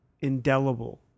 indelible